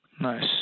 Nice